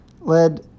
led